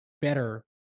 better